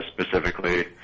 Specifically